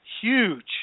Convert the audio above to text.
huge